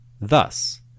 Thus